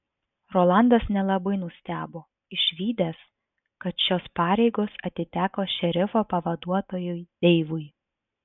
rolandas nelabai nustebo išvydęs kad šios pareigos atiteko šerifo pavaduotojui deivui